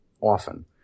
often